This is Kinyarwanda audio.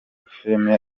filime